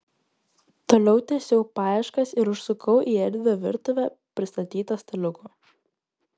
toliau tęsiau paieškas ir užsukau į erdvią virtuvę pristatytą staliukų